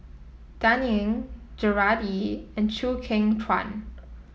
Dan Ying Gerard Ee and Chew Kheng Chuan